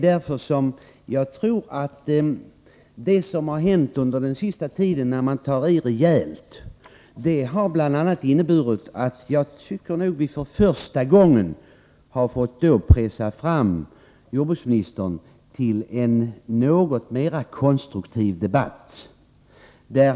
När vi, som nu har skett, har tagit i rejält, så har vi som jag ser det för första gången lyckats pressa jordbruksministern till en något mer konstruktiv debatt.